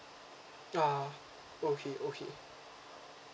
ah okay okay